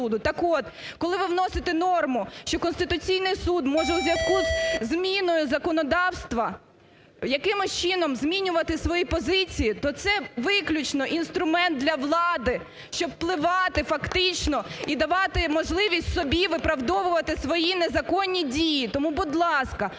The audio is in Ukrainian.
Так от, коли ви вносите норму, що Конституційний Суд може у зв'язку з зміною законодавства якимось чином змінювати свої позиції, то це виключно інструмент для влади, щоб впливати фактично і давати можливість собі виправдовувати свої незаконні дії. Тому, будь ласка,